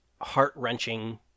heart-wrenching